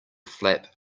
flap